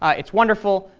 it's wonderful,